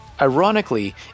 Ironically